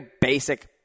basic